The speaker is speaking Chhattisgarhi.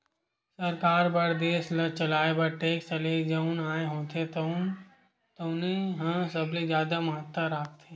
सरकार बर देस ल चलाए बर टेक्स ले जउन आय होथे तउने ह सबले जादा महत्ता राखथे